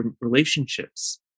relationships